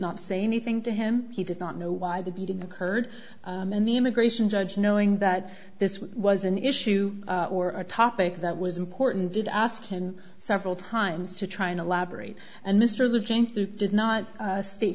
not say anything to him he did not know why the beating occurred and the immigration judge knowing that this was an issue or a topic that was important did ask him several times to try and elaborate and mr living did not state